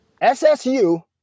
ssu